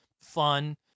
fun